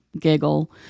giggle